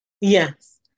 Yes